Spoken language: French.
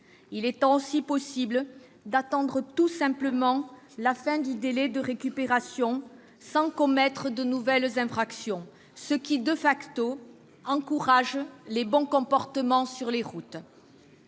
Il suffit d'attendre tout simplement la fin du délai de récupération sans commettre de nouvelle infraction, ce qui encourage les bons comportements sur les routes.